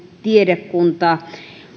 tiedekunta